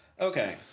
okay